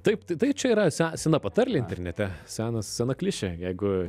taip tai tai čia yra se sena patarlė internete senas sena klišė jeigu